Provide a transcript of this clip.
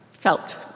felt